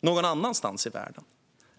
någon annanstans i världen?